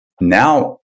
Now